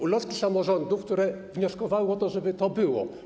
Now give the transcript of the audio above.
Ulotki samorządów, które wnioskowały o to, żeby to było.